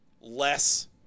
less